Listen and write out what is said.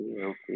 okay